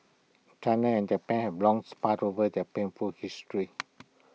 China and Japan have long sparred over their painful history